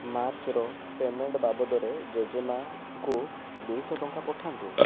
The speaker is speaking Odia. ମାର୍ଚ୍ଚର ପେମେଣ୍ଟ ବାବଦରେ ଜେଜେମା'ଙ୍କୁ ଦୁଇଶହ ଟଙ୍କା ପଠାନ୍ତୁ